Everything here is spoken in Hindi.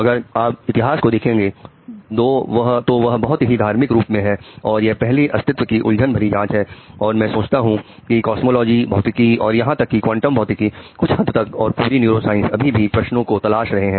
अगर आप इतिहास को देखेंगे दो वह बहुत ही धार्मिक रूप में है और यह पहली अस्तित्व की उलझन भरी जांच है और मैं सोचता हूं कि कॉस्मोलॉजी भौतिकी और यहां तक कि क्वांटम भौतिकी कुछ हद तक और पूरी न्यूरोसाइंस अभी भी प्रश्नों को तलाश रहे हैं